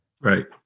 right